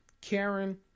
Karen